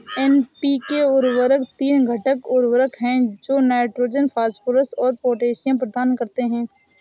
NPK उर्वरक तीन घटक उर्वरक हैं जो नाइट्रोजन, फास्फोरस और पोटेशियम प्रदान करते हैं